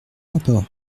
rapport